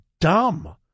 dumb